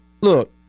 look